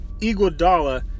Iguodala